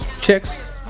chicks